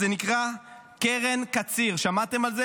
זה נקרא קרן קציר, שמעתם על זה?